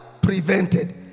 prevented